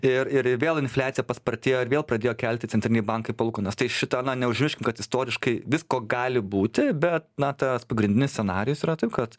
ir ir vėl infliacija paspartėjo ir vėl pradėjo kelti centriniai bankai palūkanas tai šitą na neužmirškim kad istoriškai visko gali būti bet na tas pagrindinis scenarijus yra taip kad